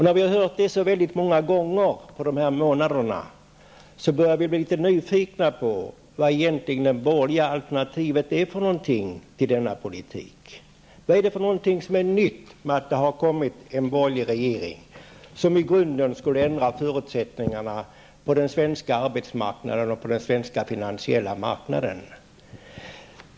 När vi har hört detta så många gånger under dessa månader, börjar vi bli litet nyfikna på vad det borgerliga alternativet egentligen är för något i denna politik. Vad är det som är nytt med att det kommit en borgerlig regering som i grunden skulle ändra förutsättningarna på den svenska arbetsmarknaden och på den svenska finansiella marknaden?